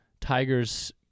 tigers